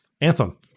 Anthem